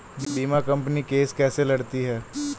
बीमा company case कैसे लड़ती है?